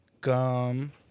gum